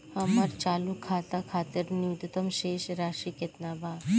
हमर चालू खाता खातिर न्यूनतम शेष राशि केतना बा?